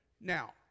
Now